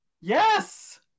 Yes